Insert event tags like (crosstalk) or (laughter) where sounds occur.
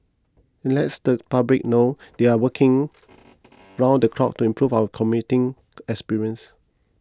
it lets the public know they are working (noise) round the clock to improve our commuting experience